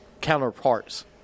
Counterparts